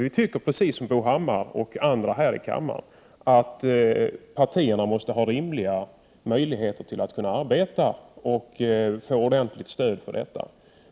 Vi tycker precis som Bo Hammar och andra att partierna måste ha rimliga möjligheter att arbeta och få ordentligt stöd för detta.